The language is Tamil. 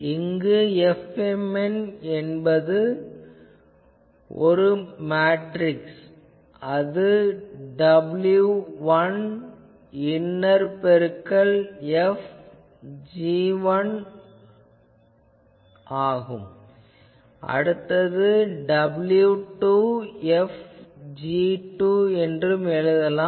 இங்கு Fmn என்பது ஒரு மேட்ரிக்ஸ் அது w1 இன்னர் பெருக்கல் F அடுத்தது w1 F என எழுதலாம்